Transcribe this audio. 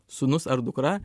sūnus ar dukra